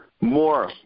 more